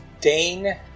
Dane